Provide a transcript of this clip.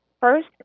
First